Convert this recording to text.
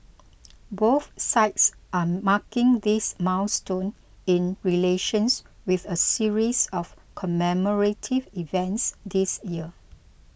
both sides are marking this milestone in relations with a series of commemorative events this year